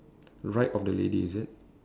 right of the lady is it